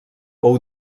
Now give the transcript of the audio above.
pou